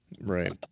Right